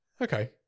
Okay